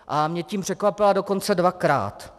A mě tím překvapila dokonce dvakrát.